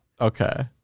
Okay